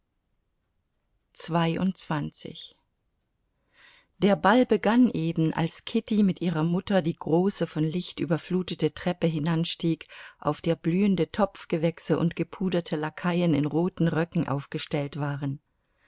der ball begann eben als kitty mit ihrer mutter die große von licht überflutete treppe hinanstieg auf der blühende topfgewächse und gepuderte lakaien in roten röcken aufgestellt waren